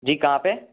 जी कहाँ पर